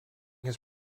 his